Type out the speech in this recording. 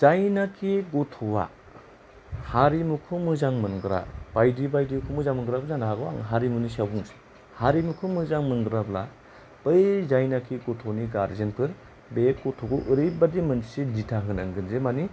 जायनोखि गथ'आ हारिमुखौ मोजां मोनग्रा बायदि बायदिखौ मोजां मोनग्राबो जानो हागौ आं हारिमुनि सायाव बुंनोसै हारिमुखौ मोजां मोनग्राब्ला बै जायनोखि गथ'नि गारजेन फोर बे गथ'खौ ओरैबादि मोनसे दिथा होनांगोन जे माने